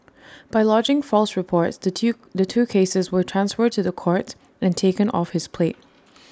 by lodging false reports the two the two cases were transferred to the courts and taken off his plate